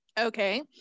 Okay